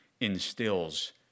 instills